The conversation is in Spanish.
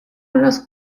unos